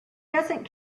doesn’t